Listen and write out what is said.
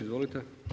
Izvolite.